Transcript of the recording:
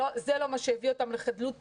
זה לא מה שהביא אותם לחדלות פירעון,